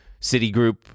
Citigroup